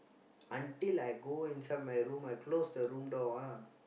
until I go inside my room I close the room door ah